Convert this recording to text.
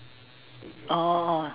oh